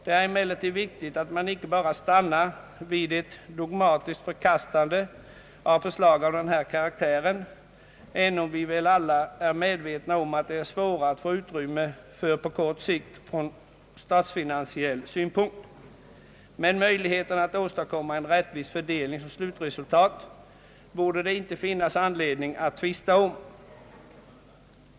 Det är emellertid viktigt att man inte bara stannar vid ett dogmatiskt förkastande av förslag av den här karaktären, även om vi väl alla är medvetna om att det är svårt att på kort sikt få utrymme för sådana förslag ur statsfinansiell synpunkt. Möjligheterna att åstadkomma en rättvis fördelning som slutresultat borde det emellertid inte finnas anledning att tvista om.